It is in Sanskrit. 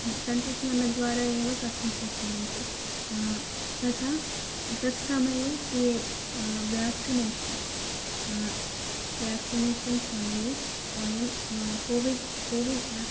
तन्त्रज्ञानद्वारा एव कर्तुं शक्नुवन्ति तथा तत्समये टे व्याक्सिनेशन् व्याक्सिनेशन् समये वयं कोविड् कोविन् याप्